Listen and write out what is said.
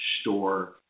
store